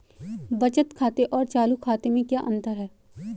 बचत खाते और चालू खाते में क्या अंतर है?